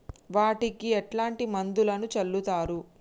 వాటికి ఎట్లాంటి మందులను చల్లుతరు?